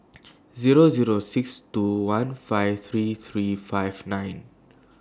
Zero Zero six two one five three three five nine